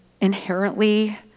inherently